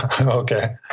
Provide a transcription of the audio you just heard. Okay